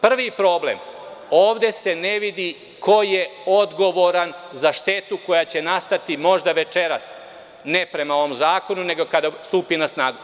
Prvi problem, ovde se ne vidi ko je odgovoran za štetu koja će nastati možda večeras, ne prema ovom zakonu, nego kada stupi na snagu.